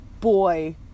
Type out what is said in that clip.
boy